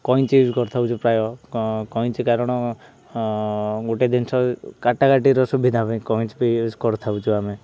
କଇଁଞ୍ଚି use କରିଥାଉଛୁ ପ୍ରାୟ କଇଁଞ୍ଚି କାରଣ ଗୋଟେ ଜିନିଷ କାଟାକାଟିର ସୁବିଧା ପାଇଁ କଇଁଞ୍ଚି ବି ୟୁଜ୍ କରିଥାଉଛୁ ଆମେ